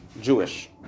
Jewish